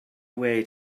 way